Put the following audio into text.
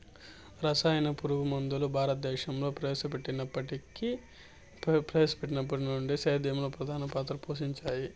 రసాయన పురుగుమందులు భారతదేశంలో ప్రవేశపెట్టినప్పటి నుండి సేద్యంలో ప్రధాన పాత్ర పోషించాయి